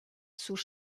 sous